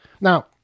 Now